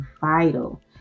vital